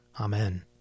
Amen